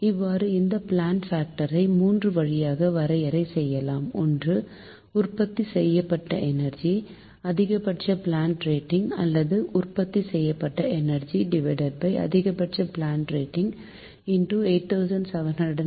இவ்வாறு இந்த பிளான்ட் பாக்டரை 3 வழியாக வரையறை செய்யலாம் ஒன்று உற்பத்தி செய்யப்பட்ட எனர்ஜி அதிகபட்ச பிளான்ட் ரேட்டிங் அல்லது உற்பத்தி செய்யப்பட்ட எனர்ஜி அதிகபட்ச பிளான்ட் ரேட்டிங்8760 என்பதாக